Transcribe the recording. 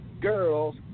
girls